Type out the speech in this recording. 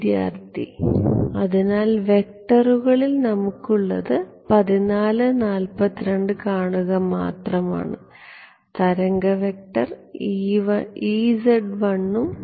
വിദ്യാർത്ഥി അതിനാൽ വെക്ടറുകളിൽ നമുക്കുള്ളത് സമയം 1442 കാണുകമാത്രമാണ് തരംഗ വെക്ടറുകൾ ഉം ഉം